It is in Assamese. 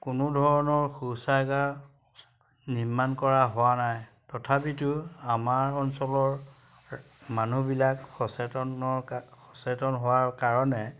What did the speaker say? কোনো ধৰণৰ শৌচাগাৰ নিৰ্মাণ কৰা হোৱা নাই তথাপিতো আমাৰ অঞ্চলৰ মানুহবিলাক সচেতনৰ সচেতন হোৱাৰ কাৰণে